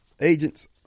agents